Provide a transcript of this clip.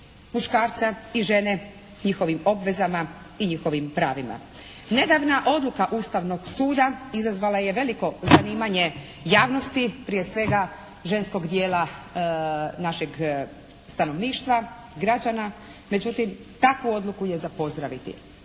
muškarca i žene, njihovim obvezama i njihovim pravima. Nedavna odluka Ustavnog suda izazvala je veliko zanimanje javnosti prije svega ženskog dijela našeg stanovništva, građana. Međutim, takvu odluku je za pozdraviti.